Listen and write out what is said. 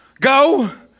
Go